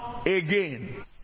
again